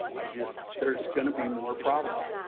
i just there's going to be more problems.